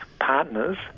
partners